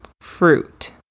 fruit